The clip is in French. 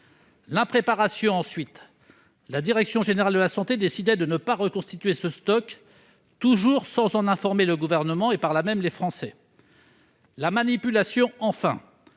L'impréparation, ensuite : la DGS décidait de ne pas reconstituer ce stock, toujours sans en informer le Gouvernement et, par là même, les Français. La manipulation, enfin